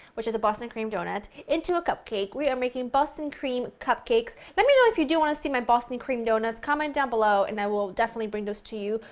which is a boston cream doughnut, into a cupcake. we are making boston cream cupcakes. let me know if you do want to see my boston cream doughnuts, comment down below and i will definitely bring those to you.